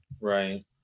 right